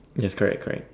yes correct correct